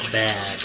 bad